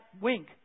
Wink